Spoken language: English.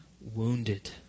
wounded